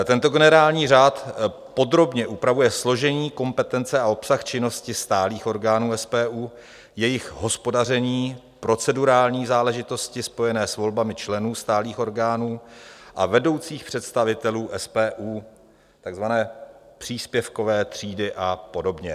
Tento generální řád podrobně upravuje složení, kompetence a obsah činnosti stálých orgánů SPU, jejich hospodaření, procedurální záležitosti spojené s volbami členů stálých orgánů a vedoucích představitelů SPU, takzvané příspěvkové třídy a podobně.